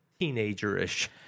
teenager-ish